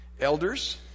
Elders